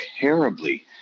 terribly